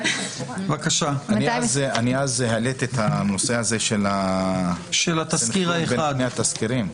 אני העליתי את הנושא הזה של שני התסקירים.